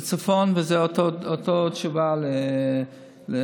לצפון, וזה אותה תשובה למלכיאלי,